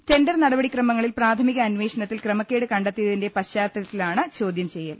tender നടപടി ക്രമങ്ങളിൽ പ്രാഥമിക അന്വേഷണത്തിൽ ക്രമ ക്കേട് കണ്ടെത്തിയതിന്റെ പശ്ചാത്തലത്തിലാണ് ചോദ്യം ചെയ്യൽ